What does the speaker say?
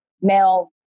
male